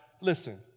listen